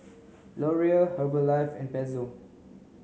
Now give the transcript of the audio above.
Laurier Herbalife and Pezzo